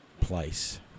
place